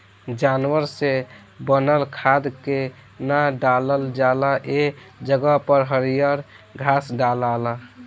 जानवर से बनल खाद के ना डालल जाला ए जगह पर हरियर घास डलाला